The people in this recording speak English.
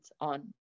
on